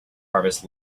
harvest